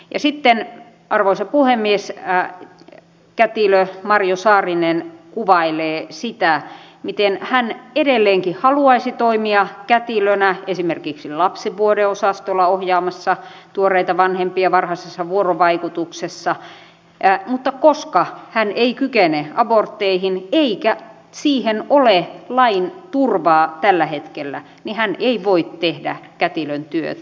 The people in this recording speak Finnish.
ja sitten arvoisa puhemies kätilö marjo saarinen kuvailee sitä miten hän edelleenkin haluaisi toimia kätilönä esimerkiksi lapsivuodeosastolla ohjaamassa tuoreita vanhempia varhaisessa vuorovaikutuksessa mutta koska hän ei kykene abortteihin eikä siihen ole lain turvaa tällä hetkellä niin hän ei voi tehdä kätilön työtä